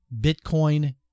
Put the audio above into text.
Bitcoin